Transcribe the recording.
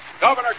Governor